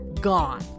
gone